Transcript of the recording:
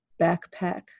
backpack